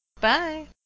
Bye